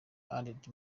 added